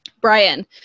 Brian